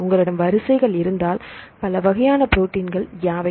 உங்களிடம் வரிசைகள் இருந்தால் பல வகையான புரோட்டின் யாவை